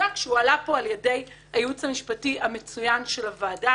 המוצדק שהעלה פה הייעוץ המשפטי המצוין של הוועדה